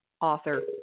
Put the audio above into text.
author